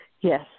Yes